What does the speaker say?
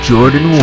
Jordan